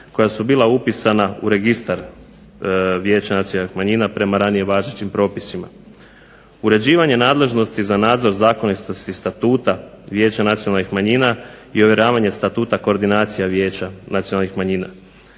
koja su bila upisana u registar vijeća nacionalnih manjina prema ranije važećim propisima, uređivanje nadležnosti za nadzor zakonitosti statuta vijeća nacionalnih manjina i ovjeravanje Statuta koordinacija Vijeća nacionalnih manjina,